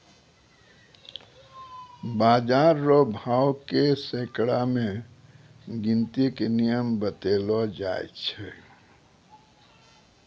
बाजार रो भाव के सैकड़ा मे गिनती के नियम बतैलो जाय छै